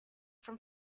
from